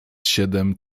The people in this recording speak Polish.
siedem